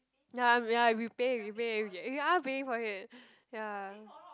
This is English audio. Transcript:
ya I'm ya we pay we pay ya we are paying for it ya